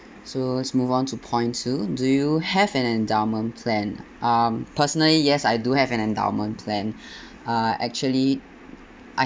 so let's move on to point two do you have an endowment plan um personally yes I do have an endowment plan uh actually I